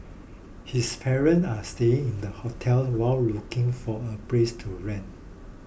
his parents are staying in hotels while looking for a place to rent